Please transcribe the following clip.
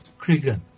Krigan